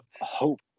hope